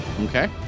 Okay